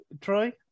Troy